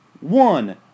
One